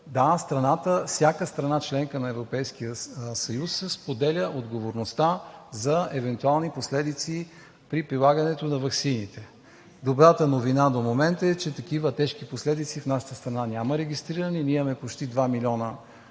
Да, всяка страна – членка на Европейския съюз, споделя отговорността за евентуални последици при прилагането на ваксини. Добрата новина до момента е, че такива последици в нашата страна няма регистрирани, ние имаме почти два милиона